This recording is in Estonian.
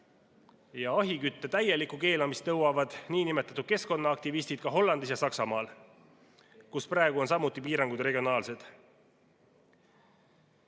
Ja ahjukütte täielikku keelamist nõuavad niinimetatud keskkonnaaktivistid ka Hollandis ja Saksamaal, kus praegu on samuti piirangud regionaalsed.